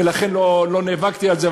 ולכן לא נאבקתי על זה,